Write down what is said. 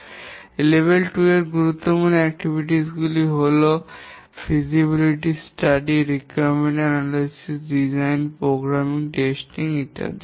স্তর 2 এর গুরুত্বপূর্ণ কার্যক্রম হল সম্ভাব্যতা অধ্যয়ন প্রয়োজনীয়তা বিশ্লেষণনকশা প্রোগ্রামিং টেস্টিং ইত্যাদি